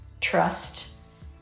trust